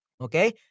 Okay